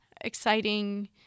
exciting